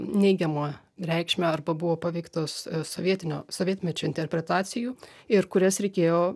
neigiamą reikšmę arba buvo paveiktos sovietinio sovietmečio interpretacijų ir kurias reikėjo